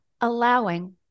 allowing